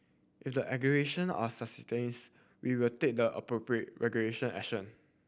if the allegation are substance we will take the appropriate regulation action